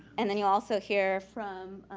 and then you'll also hear from